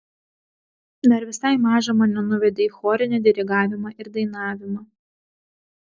dar visai mažą mane nuvedė į chorinį dirigavimą ir dainavimą